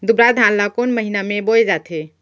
दुबराज धान ला कोन महीना में बोये जाथे?